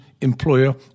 employer